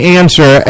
answer